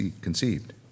conceived